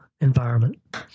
environment